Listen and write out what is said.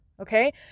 okay